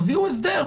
תביאו הסדר,